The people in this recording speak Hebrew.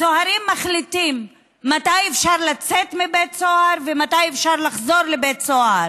הסוהרים מחליטים מתי אפשר לצאת מבית הסוהר ומתי אפשר לחזור לבית הסוהר.